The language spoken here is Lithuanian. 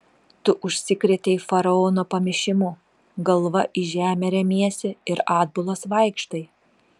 tu užsikrėtei faraono pamišimu galva į žemę remiesi ir atbulas vaikštai